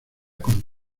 con